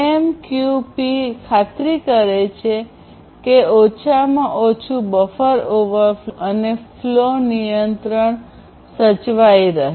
AMQP ખાતરી કરે છે કે ઓછામાં ઓછું બફર ઓવરફ્લો અને ફ્લો નિયંત્રણ સચવાય રહે